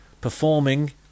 Performing